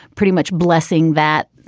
pretty much blessing that